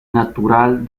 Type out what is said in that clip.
natural